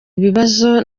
ibibazo